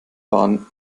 bahn